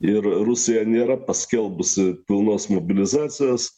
ir rusija nėra paskelbusi pilnos mobilizacijos